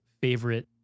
favorite